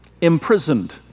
imprisoned